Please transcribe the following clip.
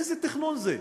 איזה תכנון זה?